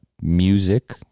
Music